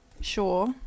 sure